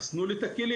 אז תנו לי את הכלים,